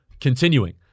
continuing